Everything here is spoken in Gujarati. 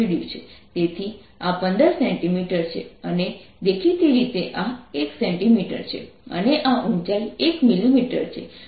તેથી આ 15 cm છે અને દેખીતી રીતે આ 1 cm છે અને આ ઊંચાઈ 1 mm છે